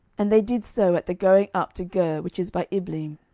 and they did so at the going up to gur, which is by ibleam.